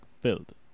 Filled